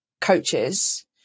coaches